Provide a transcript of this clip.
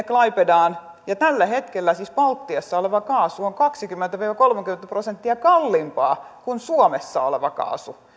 klaipedaan ja tällä hetkellä siis baltiassa oleva kaasu on kaksikymmentä viiva kolmekymmentä prosenttia kalliimpaa kuin suomessa oleva kaasu